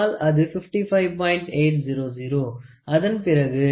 800 அதன் பிறகு இது 1